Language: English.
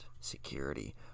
security